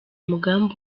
umugambi